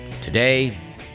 Today